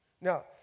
now